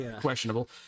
questionable